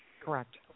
correct